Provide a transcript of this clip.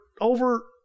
over